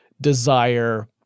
desire